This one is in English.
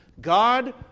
God